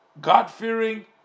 God-fearing